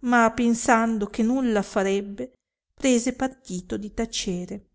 ma pensando che nulla farebbe prese partito di tacere